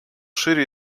шире